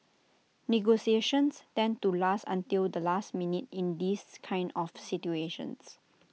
negotiations tend to last until the last minute in these kind of situations